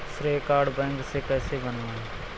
श्रेय card bank से कैसे बनवाएं?